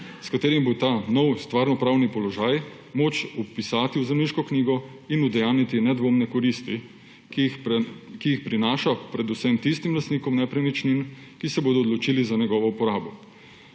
s katerim bo ta novi stvarnopravni položaj moč vpisati v zemljiško knjigo in udejanjiti nedvomne koristi, ki jih prinaša predvsem tistim lastnikom nepremičnin, ki se bodo odločili za njegovo uporabo.